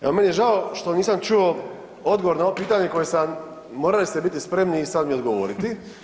Evo meni je žao što nisam čuo odgovor na ovo pitanje koje sam morali ste biti spremni i sad mi odgovoriti.